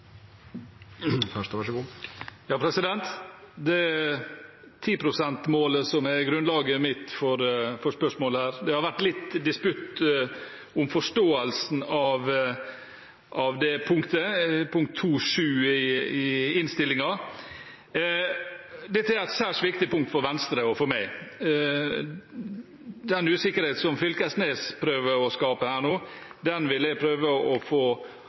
som er grunnlaget mitt for spørsmålet. Det har vært litt disputt om forståelsen av punkt 2.7 i innstillingen. Dette er et særs viktig punkt for Venstre og for meg. Den usikkerhet som Knag Fylkesnes prøver å skape her nå, vil jeg prøve å få